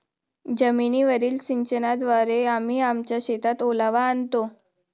जमीनीवरील सिंचनाद्वारे आम्ही आमच्या शेतात ओलावा आणतो